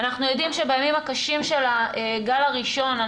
אנחנו יודעים שבימים הקשים של הגל הראשון,